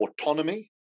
autonomy